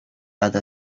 other